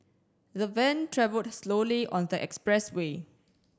the van traveled slowly on the expressway